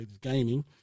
gaming